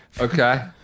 Okay